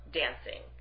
dancing